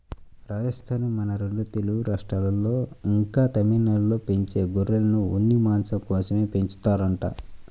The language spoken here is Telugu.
రాజస్థానూ, మన రెండు తెలుగు రాష్ట్రాల్లో, ఇంకా తమిళనాడులో పెంచే గొర్రెలను ఉన్ని, మాంసం కోసమే పెంచుతారంట